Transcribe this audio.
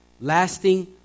Lasting